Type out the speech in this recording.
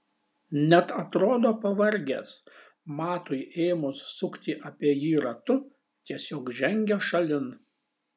net atrodo pavargęs matui ėmus sukti apie jį ratu tiesiog žengia šalin